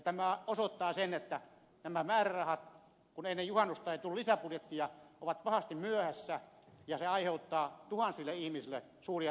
tämä osoittaa sen että nämä määrärahat kun ennen juhannusta ei tullut lisäbudjettia ovat pahasti myöhässä ja se aiheuttaa tuhansille ihmisille suuria taloudellisia ongelmia